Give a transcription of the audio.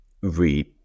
read